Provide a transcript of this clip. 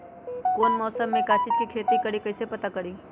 कौन मौसम में का चीज़ के खेती करी कईसे पता करी?